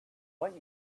want